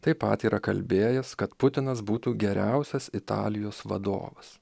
taip pat yra kalbėjęs kad putinas būtų geriausias italijos vadovas